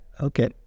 Okay